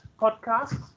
podcasts